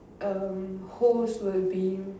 um hosts will be